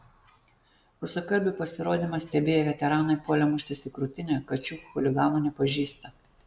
rusakalbių pasirodymą stebėję veteranai puolė muštis į krūtinę kad šių chuliganų nepažįsta